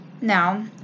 Now